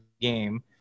game